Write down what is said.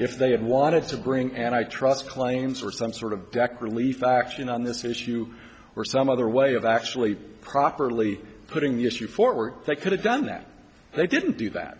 if they had wanted to bring and i trust claims or some sort of relief action on this issue or some other way of actually properly putting the issue forward they could have done that they didn't do that